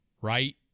right